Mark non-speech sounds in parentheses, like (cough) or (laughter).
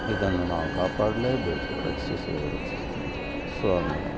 ಇದನ್ನು ನಾವು ಕಾಪಾಡಲೇಬೇಕು ರಕ್ಷಿಸಬೇಕು (unintelligible)